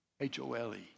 H-O-L-E